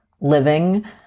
living